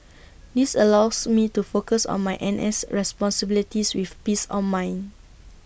this allows me to focus on my N S responsibilities with peace on mind